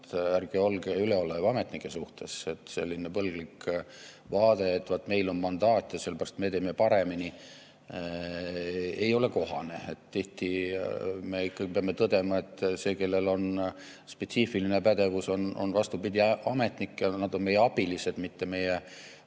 ärge olge üleolev ametnike suhtes. Selline põlglik vaade, et vaat meil on mandaat ja sellepärast me teeme paremini, ei ole kohane. Tihti me ikka peame tõdema, et see, kellel on spetsiifiline pädevus, on just ametnik. Nad on meie abilised, mitte meie